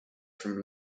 from